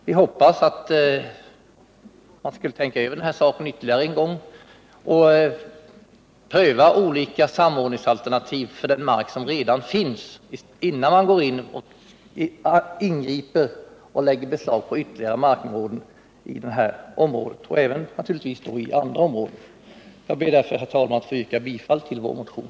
Vi hoppas att man skall tänka över den här saken ytterligare en gång och pröva olika samordningsalternativ för den mark som redan finns innan man ingriper och lägger beslag på ytterligare mark i detta område liksom även i alla andra områden. Jag ber därför, herr talman, att få yrka bifall till vår motion.